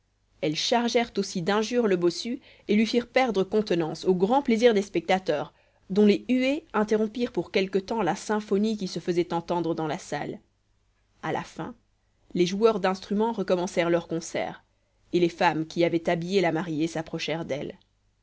elles chargèrent aussi d'injures le bossu et lui firent perdre contenance au grand plaisir des spectateurs dont les huées interrompirent pour quelque temps la symphonie qui se faisait entendre dans la salle à la fin les joueurs d'instruments recommencèrent leurs concerts et les femmes qui avaient habillé la mariée s'approchèrent d'elle